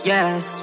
Yes